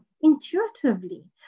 intuitively